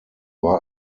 war